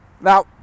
Now